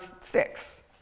six